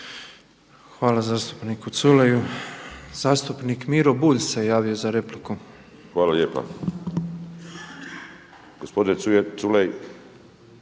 Hvala zastupniku Culeju. Zastupnik Miro Bulj se javio za repliku. **Bulj, Miro